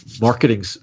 marketing